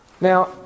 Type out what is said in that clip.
Now